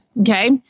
Okay